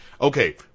okay